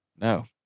No